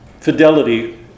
fidelity